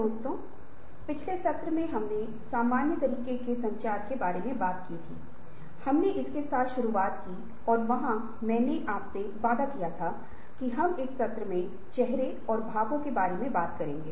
दोस्तों इस सत्र में हम परिवर्तन प्रबंधन के बारे में चर्चा करेंगे